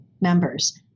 members